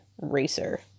Racer